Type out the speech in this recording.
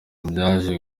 byaje